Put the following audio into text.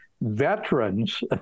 veterans